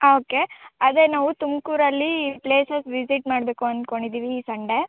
okay ಅದೇ ನಾವು ತುಮಕೂರಲ್ಲಿ ಪ್ಲೇಸಸ್ ವಿಸಿಟ್ ಮಾಡಬೇಕು ಅಂದ್ಕೊಡಿದ್ದೀವಿ ಈ ಸಂಡೆ